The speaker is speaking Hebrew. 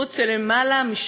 קיצוץ של יותר מ-80%.